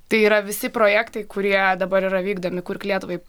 tai yra visi projektai kurie dabar yra vykdomi kurk lietuvai